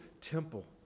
temple